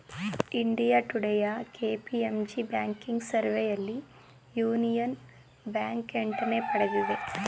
India ಟುಡೇಯ KPMG banking ಸರ್ವೆಯಲ್ಲಿ Union Bank ಎಂಟನೇ ಪಡೆದಿದೆ